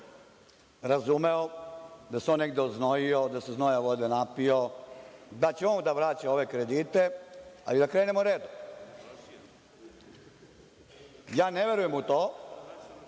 razumeo da se on negde oznojio, da se znojav vode napio, da će on da vraća ove kredite, ali da krenemo redom. Ne verujem u to,